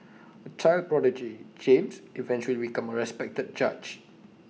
A child prodigy James eventually became A respected judge